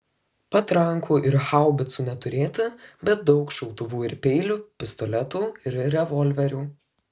patrankų ir haubicų neturėti bet daug šautuvų ir peilių pistoletų ir revolverių